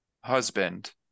husband